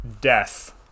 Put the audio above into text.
death